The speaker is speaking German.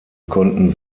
konnten